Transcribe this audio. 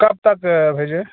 कब तक भेजें